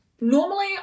normally